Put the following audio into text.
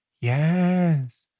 Yes